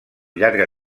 llarga